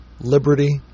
liberty